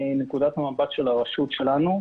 מנקודת המבט של הרשות שלנו,